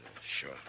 Sure